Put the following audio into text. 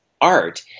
art